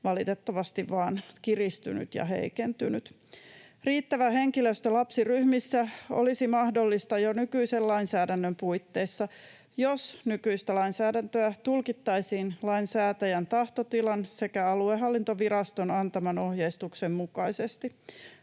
valitettavasti vain kiristynyt ja heikentynyt. Riittävä henkilöstö lapsiryhmissä olisi mahdollista jo nykyisen lainsäädännön puitteissa, jos nykyistä lainsäädäntöä tulkittaisiin lainsäätäjän tahtotilan sekä aluehallintoviraston antaman ohjeistuksen mukaisesti.